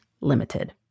limited